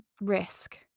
risk